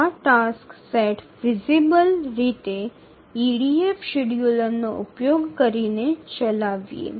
এই টাস্ক সেটটি সম্ভবত EDF শিডিয়ুলার ব্যবহার করে চালানো হবে